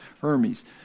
Hermes